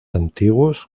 antiguos